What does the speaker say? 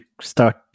start